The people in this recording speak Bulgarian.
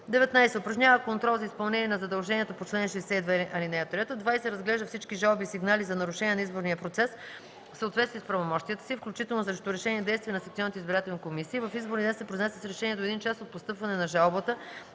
19. упражнява контрол за изпълнение на задължението по чл. 62, ал. 3; 20. разглежда всички жалби и сигнали за нарушения на изборния процес в съответствие с правомощията си, включително срещу решения и действия на секционните избирателни комисии; в изборния ден се произнася с решение до един час от постъпване на жалбата